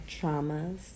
traumas